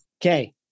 Okay